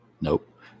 Nope